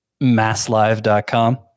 MassLive.com